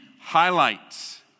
highlights